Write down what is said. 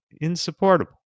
insupportable